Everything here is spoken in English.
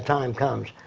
time comes.